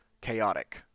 chaotic